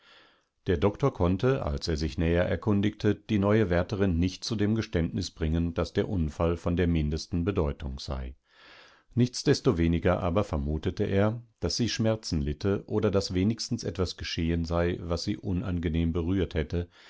der doktor konnte als er sich näher erkundigte die neue wärterin nicht zu dem geständnis bringen daß der unfall von der mindesten bedeutung sei nichtsdestoweniger aber vermutete er daß sie schmerzen litte oder daß wenigstens etwasgeschehensei wassieunangenehmberührthätte